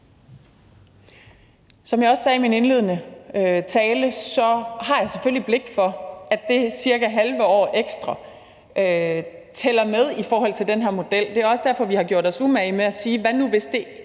Som jeg også sagde i min indledende tale, har jeg selvfølgelig blik for, at det cirka halve år ekstra tæller med i forhold til den her model. Det er også derfor, vi har gjort os umage med at sige: Hvad nu hvis det